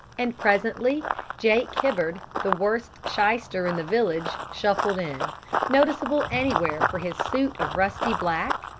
and presently jake hibbard, the worst shyster in the village, shuffled in noticeable anywhere for his suit of rusty black,